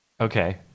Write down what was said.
Okay